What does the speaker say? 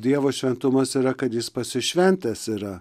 dievo šventumas yra kad jis pasišventęs yra